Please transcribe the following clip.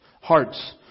Hearts